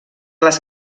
les